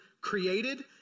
Created